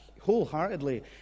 wholeheartedly